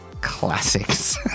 Classics